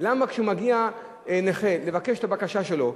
למה כשנכה מגיע לבקש את הבקשה שלו,